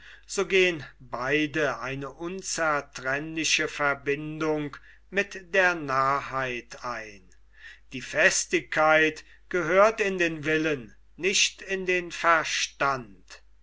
so gehn beide eine unzertrennliche verbindung mit der narrheit ein die festigkeit gehört in den willen nicht in den verstand